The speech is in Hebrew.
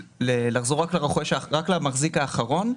לחזור רק למחזיק האחרון.